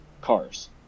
cars